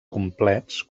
complets